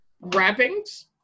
wrappings